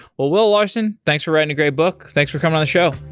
well, will larson, thanks for writing a great book. thanks for coming on the show.